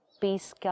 peace